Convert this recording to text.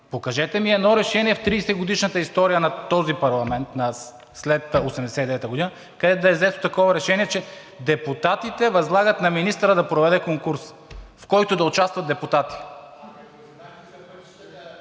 Покажете ми едно решение в 31-годишната история на този парламент – след 1989 г., да е взето такова решение, че народните представители възлагат на министъра да проведе конкурс, в който да участват депутати!